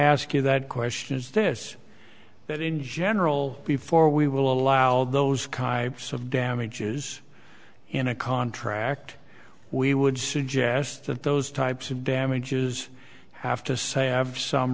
ask you that question is this that in general before we will allow those kinds of damages in a contract we would suggest that those types of damages have to say i have some